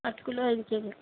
అటుకులు ఐదు కేజీలు